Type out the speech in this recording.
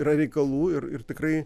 yra reikalų ir ir tikrai